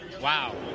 wow